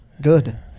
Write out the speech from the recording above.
good